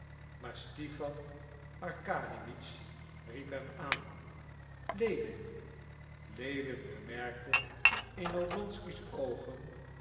maar stipan arkadiewitsch riep hem aan lewin lewin bemerkte in oblonsky's oogen